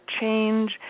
change